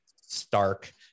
stark